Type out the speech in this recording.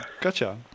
Gotcha